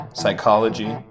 psychology